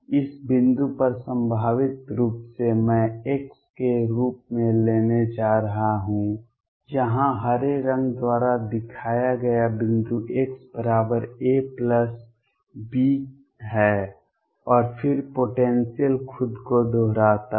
इस बिंदु पर संभावित रूप से मैं x के रूप में लेने जा रहा हूं यहां हरे रंग द्वारा दिखाया गया बिंदु x बराबर a प्लस b है और फिर पोटेंसियल खुद को दोहराता है